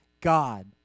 God